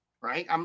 right